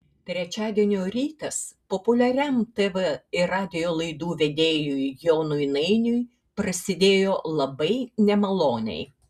trečiadienio rytas populiariam tv ir radijo laidų vedėjui jonui nainiui prasidėjo labai nemaloniai